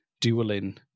dueling